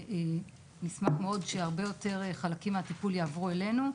ונשמח מאוד שהרבה יותר חלקים מהטיפול יעברו אלינו,